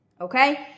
Okay